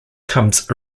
comes